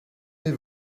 les